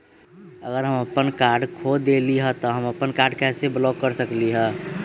अगर हम अपन कार्ड खो देली ह त हम अपन कार्ड के कैसे ब्लॉक कर सकली ह?